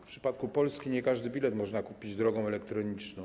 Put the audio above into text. W przypadku Polski nie każdy bilet można kupić drogą elektroniczną.